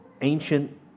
ancient